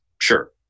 sure